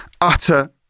utter